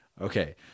Okay